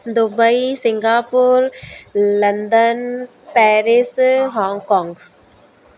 Dubai Singapore London Paris Hong Kong